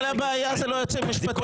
אבל הבעיה היא לא היועצת המשפטית.